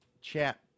chat